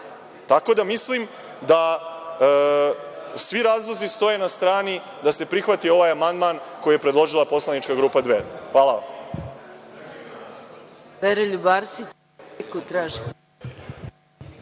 da mislim da svi razlozi stoje na strani da se prihvati ovaj amandman koji je predložila poslanička grupa Dveri. Hvala vam.